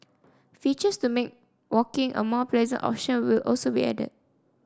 features to make walking a more pleasant option will also be added